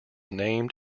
named